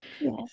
Yes